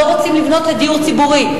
לא רוצים לבנות לדיור ציבורי.